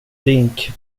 drink